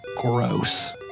gross